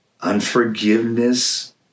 unforgiveness